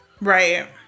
Right